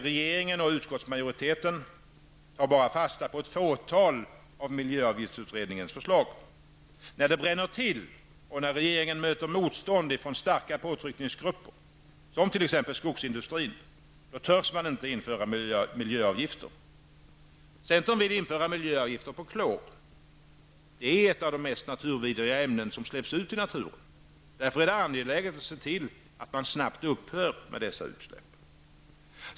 Regeringen och utskottsmajoriteten tar enbart fasta på ett fåtal av miljöavgiftsutredningens förslag. När det bränner till och när regeringen möter motstånd från starka påtryckningsgrupper, som skogsindustrin, då törs man inte införa miljöavgifter. Centern vill införa miljöavgifter på klor. Det är ett av de mest naturvidriga ämnen som släpps ut i naturen, och därför är det angeläget att se till att man snabbt upphör med dessa utsläpp.